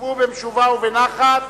שבו במשובה ובנחת.